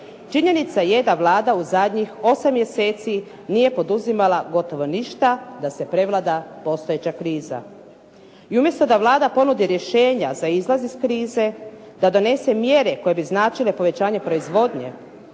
Činjenica je da Vlada je u zadnjih 8 mjeseci nije poduzimala gotovo ništa da se prevlada postojeća kriza. I umjesto da Vlada ponudi rješenja za izlaz iz krize da donese mjere koje bi značile povećanje proizvodne,